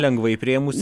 lengvai priėmus